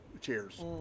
cheers